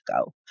go